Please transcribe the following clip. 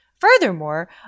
Furthermore